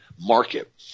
market